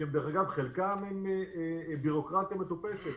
שחלקם עם בירוקרטיה מטופשת,